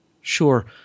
Sure